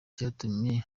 cyatumye